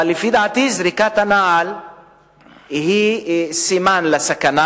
אבל לפי דעתי זריקת הנעל היא סימן לסכנה,